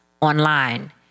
online